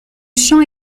chant